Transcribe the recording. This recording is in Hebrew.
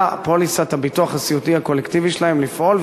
פוליסת הביטוח הסיעודי הקולקטיבי שלהם לפעול,